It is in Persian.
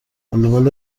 والیبال